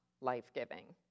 life-giving